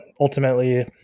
ultimately